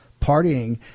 partying